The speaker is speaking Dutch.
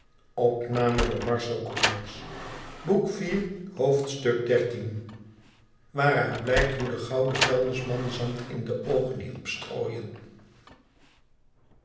waaruit blukt hob de gouden vuilnisman zand in de oogen hielp strooien